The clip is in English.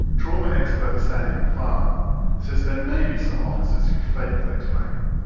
trauma expert sandy mcfarlane says there may be some officers who fake their claim.